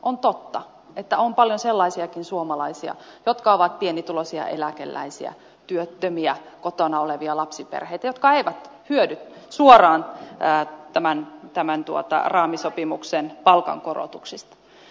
on totta että on paljon sellaisiakin suomalaisia jotka ovat pienituloisia eläkeläisiä työttömiä kotona olevia lapsiperheitä jotka eivät hyödy suoraan tämän raamisopimuksen palkankorotuksista